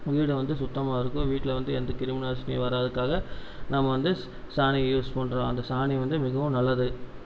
வீடை வந்து சுத்தமாக இருக்கும் வீட்டில் வந்து எந்த கிருமிநாசினியும் வராததுக்காக நம்ம வந்து ச சாணி யூஸ் பண்ணுறோம் அந்த சாணி வந்து மிகவும் நல்லது